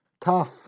tough